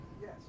Yes